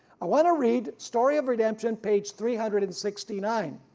i want to read story of redemption page three hundred and sixty nine,